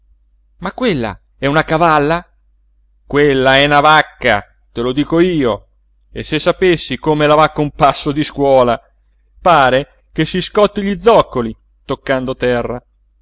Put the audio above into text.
ma quella è una cavalla quella è una vacca te lo dico io e se sapessi come la va con passo di scuola pare che si scotti gli zoccoli toccando terra